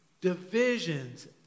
divisions